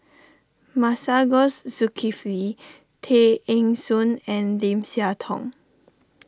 Masagos Zulkifli Tay Eng Soon and Lim Siah Tong